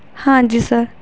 ਹਾਂਜੀ ਸਰ